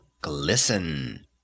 glisten